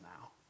now